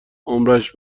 عمرش